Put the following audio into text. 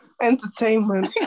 Entertainment